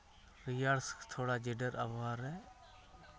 ᱨᱮᱭᱟᱲ ᱥᱮ ᱛᱷᱚᱲᱟ ᱡᱮᱰᱮᱨ ᱟᱵᱚᱦᱟᱣᱟ ᱨᱮ